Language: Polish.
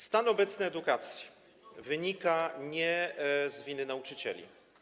Stan obecny edukacji wynika nie z winy nauczycieli.